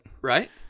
Right